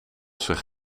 zich